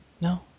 No